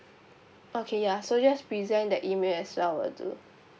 okay ya so just present that email as well will do